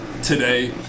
today